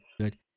Good